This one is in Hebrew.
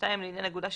לעניין אגודה שיתופית,